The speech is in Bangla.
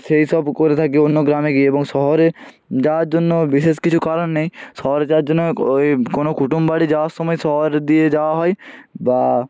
সেই সব করে থাকি অন্য গ্রামে গিয়ে এবং শহরে যাওয়ার জন্য বিশেষ কিছু কারণ নেই শহরে যাওয়ার জন্য ওই কোনো কুটুমবাড়ি যাওয়ার সময় শহর দিয়ে যাওয়া হয় বা